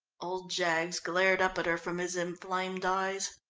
old jaggs glared up at her from his inflamed eyes.